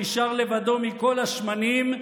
שנשאר לבדו מכל השמנים,